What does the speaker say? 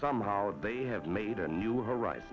somehow they have made a new horizon